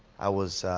i was,